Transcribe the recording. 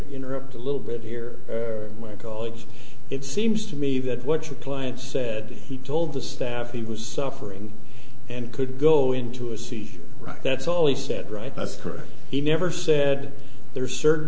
interrupt a little bit here my colleagues it seems to me that what your client said he told the staff he was suffering and could go into a seizure right that's all he said right that's correct he never said there are certain